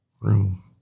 room